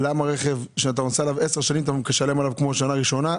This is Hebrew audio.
למה רכב שאתה נוסע עליו עשר שנים אתה משלם עליו כמו שנה ראשונה,